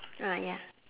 ah ya